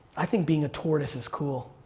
i think being a tortoise is cool